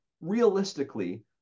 Realistically